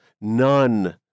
none